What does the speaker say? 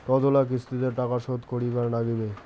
কতোলা কিস্তিতে টাকা শোধ করিবার নাগীবে?